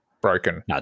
broken